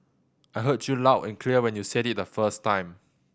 I heard you loud and clear when you said it the first time